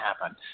happen